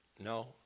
no